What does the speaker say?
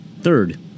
Third